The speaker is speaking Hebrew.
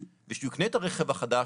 וכשהוא יקנה את הרכב החדש,